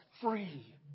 free